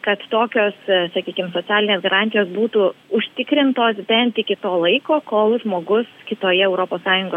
kad tokios sakykim socialinės garantijos būtų užtikrintos bent iki to laiko kol žmogus kitoje europos sąjungos